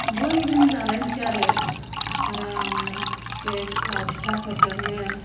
बयजों जालायनोसै आरो आरामनो बे सिथाव फिथाफोरजोंनो